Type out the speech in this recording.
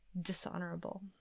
dishonorable